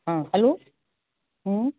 हाँ हेलो हाँ